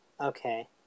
Okay